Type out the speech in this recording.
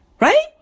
Right